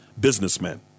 businessmen